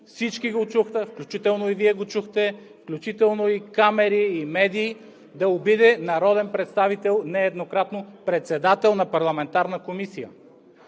всички го чуха, включително и Вие го чухте, включително и камери, и медии, обиди народен представител нееднократно – председател на парламентарна комисия.